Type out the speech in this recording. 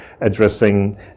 addressing